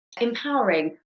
empowering